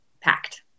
packed